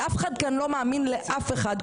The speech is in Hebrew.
אף אחד כאן לא מאמין לאף אחד.